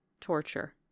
torture